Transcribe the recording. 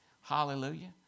Hallelujah